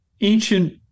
ancient